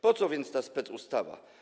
Po co więc ta specustawa?